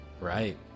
right